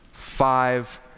Five